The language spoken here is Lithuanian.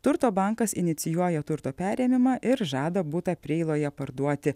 turto bankas inicijuoja turto perėmimą ir žada butą preiloje parduoti